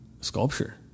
sculpture